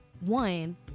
one